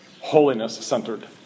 holiness-centered